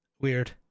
Weird